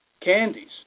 candies